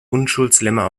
unschuldslämmer